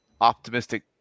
optimistic